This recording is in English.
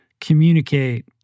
communicate